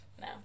No